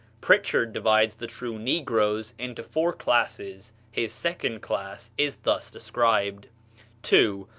prichard divides the true negroes into four classes his second class is thus described two.